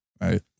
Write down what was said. Right